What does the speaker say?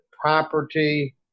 property